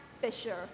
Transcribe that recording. Fisher